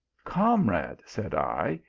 comrade, said i,